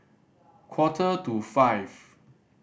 quarter to five